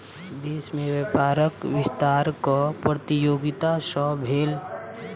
देश में व्यापारक विस्तार कर प्रतियोगिता सॅ भेल